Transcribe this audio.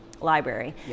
library